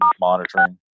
monitoring